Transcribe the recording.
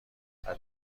بعد